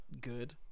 good